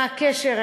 מה הקשר,